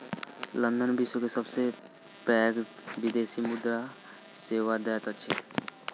London विश्व के सबसे पैघ विदेशी मुद्रा सेवा दैत अछि